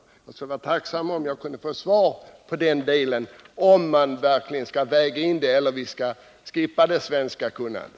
Jag skulle alltså vara tacksam för ett svar på frågan om man skall väga in den delen eller om vi skall ”skippa” det svenska kunnandet.